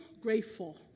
grateful